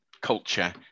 culture